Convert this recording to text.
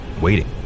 waiting